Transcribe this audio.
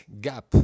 gap